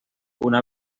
una